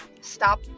stop